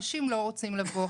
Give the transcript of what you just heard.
אנשים לא רוצים לבוא.